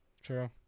True